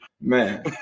Man